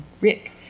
Rick